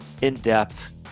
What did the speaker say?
in-depth